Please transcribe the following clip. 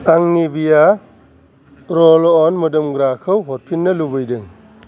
आं निबिया रल अन मोदोमग्राखौ हरफिन्नो लुबैदों